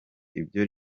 ibyo